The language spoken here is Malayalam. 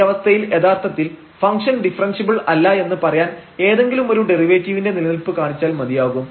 ഈ അവസ്ഥയിൽ യഥാർത്ഥത്തിൽ ഫംഗ്ഷൻ ഡിഫറെൻഷ്യബിൾ അല്ല എന്ന് പറയാൻ ഏതെങ്കിലുമൊരു ഡെറിവേറ്റീവിന്റെ നിലനിൽപ്പ് കാണിച്ചാൽ മതിയാകും